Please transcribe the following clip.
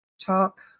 talk